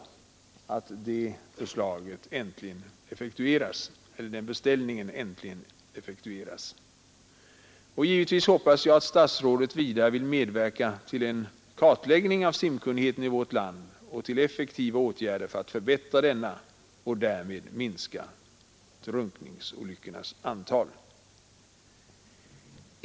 Jag hoppas att statsrådet vill medverka till att den beställningen äntligen effektueras. Vidare hoppas jag givetvis att statsrådet också vill medverka till en kartläggning av simkunnigheten i vårt land och till effektiva åtgärder för att förbättra denna och därmed minska drunkningsolyckornas antal.